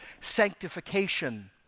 sanctification